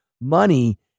money